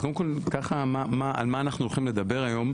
אז קודם כל על מה אנחנו הולכים לדבר היום?